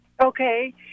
Okay